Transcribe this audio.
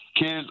Kids